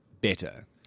better